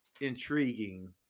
intriguing